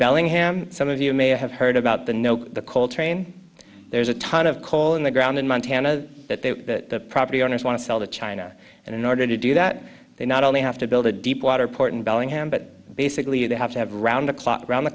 bellingham some of you may have heard about the no the coal train there's a ton of coal in the ground in montana that the property owners want to sell to china and in order to do that they not only have to build a deep water port in bellingham but basically they have to have round the clock around the